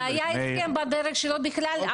היה הסכם בדרך בכלל?